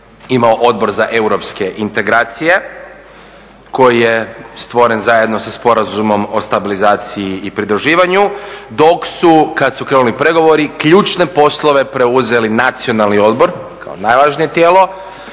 imao Odbor za europske integracije koji je stvoren zajedno sa Sporazumom o stabilizaciji i pridruživanju dok su kad su krenuli pregovori ključne poslove preuzeli nacionalni odbor kao najvažnije tijelo